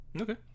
okay